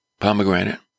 pomegranate